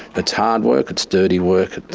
it's hard work, it's dirty work,